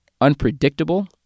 Unpredictable